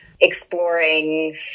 exploring